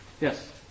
Yes